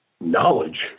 knowledge